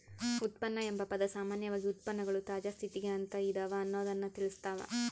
ಉತ್ಪನ್ನ ಎಂಬ ಪದ ಸಾಮಾನ್ಯವಾಗಿ ಉತ್ಪನ್ನಗಳು ತಾಜಾ ಸ್ಥಿತಿಗ ಅಂತ ಇದವ ಅನ್ನೊದ್ದನ್ನ ತಿಳಸ್ಸಾವ